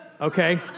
okay